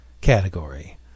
category